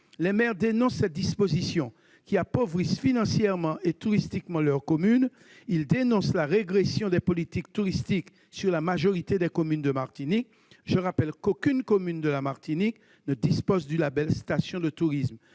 les maires dénoncent ces dispositions qui appauvrissent, financièrement et touristiquement, leur commune. Ils dénoncent la régression des politiques touristiques dans la majorité des communes de Martinique. Je rappelle qu'aucune commune de Martinique ne dispose du label « station de tourisme »